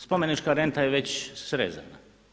Spomenička renta je već srezana.